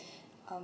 um